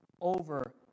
over